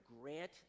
grant